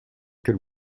could